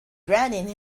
branding